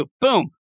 boom